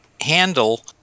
handle